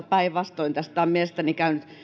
päinvastoin tästä on mielestäni käynyt